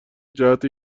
جهت